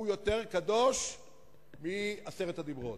הוא יותר קדוש מעשרת הדיברות.